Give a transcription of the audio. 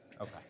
Okay